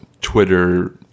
Twitter